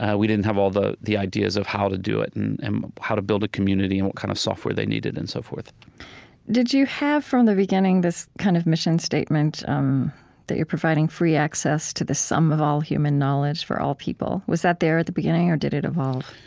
we didn't have all the the ideas of how to do it, and and how to build a community, and what kind of software they needed, and so forth did you have, from the beginning, this kind of mission statement um that you're providing free access to the sum of all human knowledge for all people? was that there at the beginning or did it evolve?